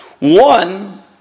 One